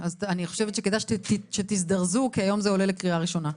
חושבת שכדאי שתזדרזו כי היום זה עולה לקריאה ראשונה.